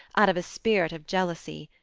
out of a spirit of jealousy.